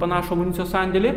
panašų amunicijos sandėlį